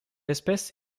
espèce